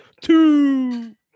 two